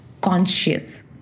conscious